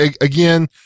again